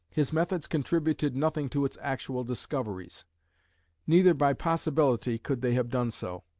his methods contributed nothing to its actual discoveries neither by possibility could they have done so.